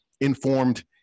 informed